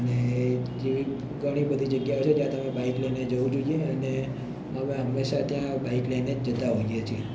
અને જેવી ઘણી બધી જગ્યાઓ છે જ્યાં તમે બાઇક લઈને જવું જોઈએ અને અમે હંમેશા ત્યાં બાઇક લઈને જ જતા હોઈએ છીએ